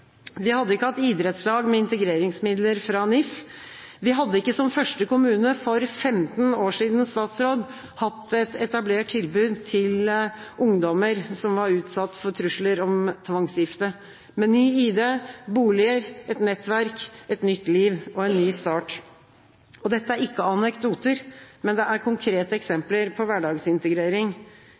Vi hadde ikke hatt idrettslag med integreringsmidler fra NIF, vi hadde ikke som første kommune for 15 år siden, statsråd, hatt et etablert tilbud til ungdommer som var utsatt for trusler om tvangsgifte, med ny ID, bolig, et nettverk, et nytt liv og en ny start. Dette er ikke anekdoter, det er konkrete eksempler på hverdagsintegrering.